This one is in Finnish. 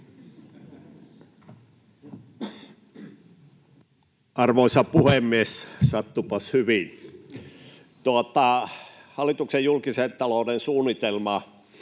Arvoisa puhemies! Sattuipas hyvin. — Hallituksen julkisen talouden suunnitelma